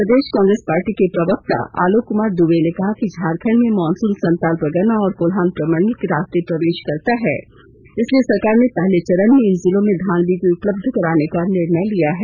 प्रदेश Congress party के प्रवक्ता आलोक कुमार दूबे ने कहा कि झारखंड में मॉनसून संताल परगना और कोल्हान प्रमंडल के रास्ते प्रवेश करता है इसलिए सरकार ने पहले चरण में इन जिलों में धान बीज उपलब्ध कराने का निर्णय लिया है